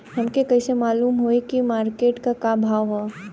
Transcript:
हमके कइसे मालूम होई की मार्केट के का भाव ह?